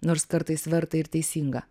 nors kartais verta ir teisinga